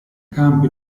campi